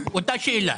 אותה שאלה.